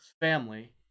family